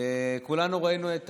כולנו ראינו את